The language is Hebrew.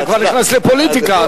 אתה כבר נכנס לפוליטיקה.